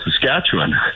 Saskatchewan